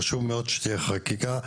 חשוב מאוד שתהיה חקיקה,